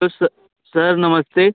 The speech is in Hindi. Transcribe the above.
उस सर नमस्ते